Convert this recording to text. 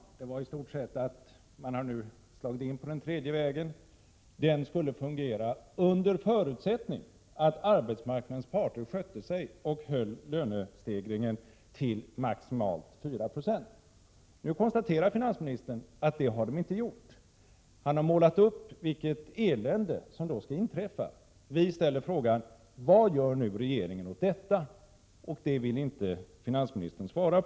I stort sett har man slagit in på den tredje vägen. Den skulle fungera under förutsättning att arbetsmarknadens parter skötte sig, så att lönestegringen blev maximalt 4 70. Nu konstaterar finansministern att de inte har skött sig. Han har målat upp vilket elände som kommer att inträffa. Vi frågar: Vad gör nu regeringen åt detta? På det vill inte finansministern svara.